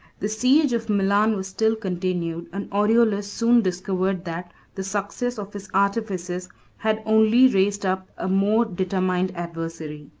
the siege of milan was still continued, and aureolus soon discovered that the success of his artifices had only raised up a more determined adversary.